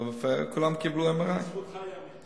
בפריפריה, כולם קיבלו MRI. לזכותך ייאמר.